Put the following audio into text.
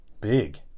big